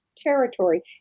territory